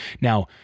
Now